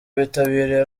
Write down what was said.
bitabiriye